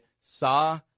saw